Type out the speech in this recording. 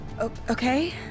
Okay